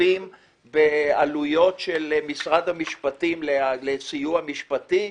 משתתפים בעלויות של משרד המשפטים לסיוע משפטי,